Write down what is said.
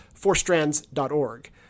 fourstrands.org